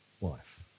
wife